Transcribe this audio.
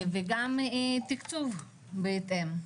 וגם תקצוב בהתאם.